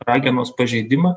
ragenos pažeidimą